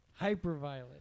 Hyperviolet